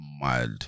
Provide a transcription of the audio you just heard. mild